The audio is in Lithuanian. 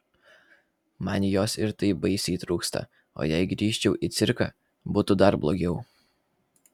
man jos ir taip baisiai trūksta o jei grįžčiau į cirką būtų dar blogiau